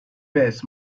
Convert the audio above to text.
birds